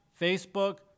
Facebook